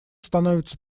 становится